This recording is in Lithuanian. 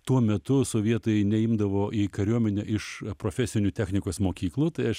tuo metu sovietai neimdavo į kariuomenę iš profesinių technikos mokyklų tai aš